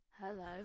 hello